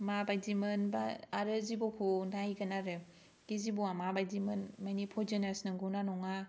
माबायदिमोन बा आरो जिबौखौ नायगोन आरो दि जिबौआ माबायदिमोन मानि फयजनास नंगौ ना नङा